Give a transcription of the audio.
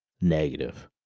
Negative